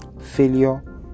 failure